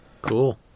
Cool